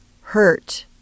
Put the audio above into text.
hurt